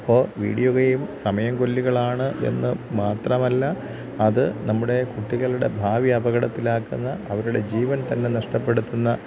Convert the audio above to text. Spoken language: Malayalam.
അപ്പോൾ വീഡിയോ ഗെയ്മ് സമയം കൊല്ലികളാണ് എന്ന് മാത്രമല്ല അത് നമ്മുടെ കുട്ടികളുടെ ഭാവി അപകടത്തിലാക്കുന്ന അവരുടെ ജീവൻതന്നെ നഷ്ടപ്പെടുത്തുന്ന